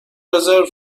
رزرو